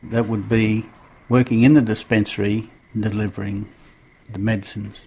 that would be working in the dispensary delivering the medicines.